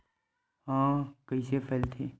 ह कइसे फैलथे?